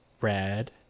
red